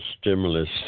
stimulus